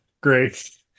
Great